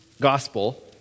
gospel